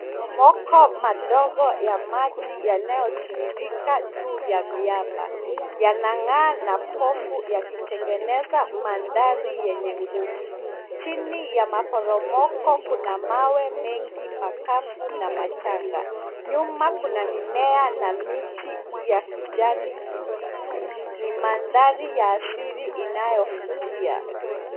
Maporomoko madogo ya maji yanayotiririka juu ya miamba. Yanang'aa na pofu yakitengeneza mandhari yenye nguvu. Chini ya maporomoko kuna mawe mengi makavu na machanga. Nyuma kuna mimea na miti ya kijani kibichi. Ni mandhari ya asili inayovutia.